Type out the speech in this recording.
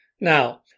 Now